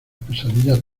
pesadillas